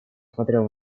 смотрел